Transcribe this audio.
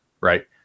right